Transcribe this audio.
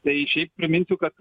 tai šiaip priminsiu kad